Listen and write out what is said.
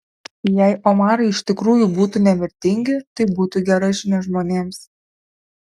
jei omarai iš tikrųjų būtų nemirtingi tai būtų gera žinia žmonėms